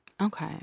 Okay